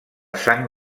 sang